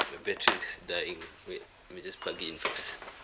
the battery is dying wait let me just plug in first